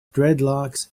dreadlocks